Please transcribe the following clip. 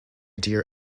dear